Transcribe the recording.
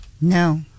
No